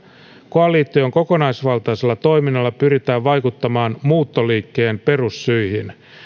koalition kokonaisvaltaisella toiminnalla pyritään vaikuttamaan muuttoliikkeen perussyihin